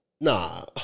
nah